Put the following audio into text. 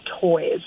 toys